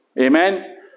Amen